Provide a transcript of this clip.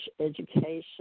education